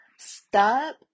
Stop